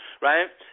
right